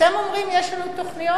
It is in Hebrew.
אתם אומרים: יש לנו תוכניות.